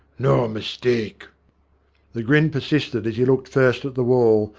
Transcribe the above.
no mistake the grin persisted as he looked first at the wall,